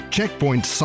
Checkpoint